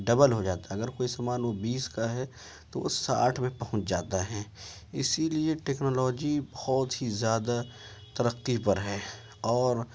double ہو جاتا ہے اگر کوئی سامان وہ بیس کا ہے تو وہ ساٹھ میں پہنچ جاتا ہے اسی لیے ٹیکنالوجی بہت ہی زیادہ ترقی ہر ہے اور